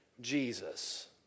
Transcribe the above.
Jesus